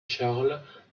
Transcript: charles